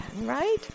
right